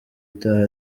itaha